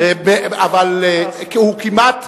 אבל הוא כמעט,